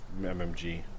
MMG